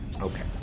Okay